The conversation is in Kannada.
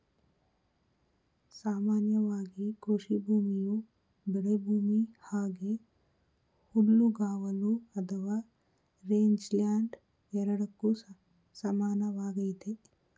ಸಾಮಾನ್ಯವಾಗಿ ಕೃಷಿಭೂಮಿಯು ಬೆಳೆಭೂಮಿ ಹಾಗೆ ಹುಲ್ಲುಗಾವಲು ಅಥವಾ ರೇಂಜ್ಲ್ಯಾಂಡ್ ಎರಡಕ್ಕೂ ಸಮಾನವಾಗೈತೆ